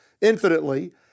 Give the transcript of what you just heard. infinitely